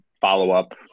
follow-up